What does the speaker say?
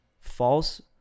false